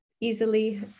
easily